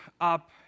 up